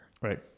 Right